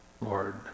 Lord